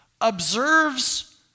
observes